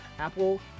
Apple